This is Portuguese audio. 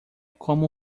como